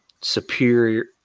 superior